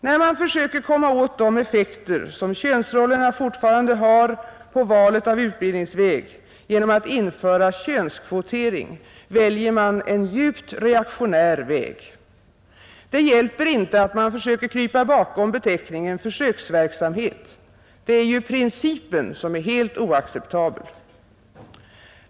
När man försöker komma åt de effekter som könsrollerna fortfarande har på valet av utbildningsväg genom att införa könskvotering väljer man en djupt reaktionär väg. Det hjälper inte att man försöker krypa bakom beteckningen försöksverksamhet — det är principen som är helt oacceptabel.